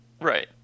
Right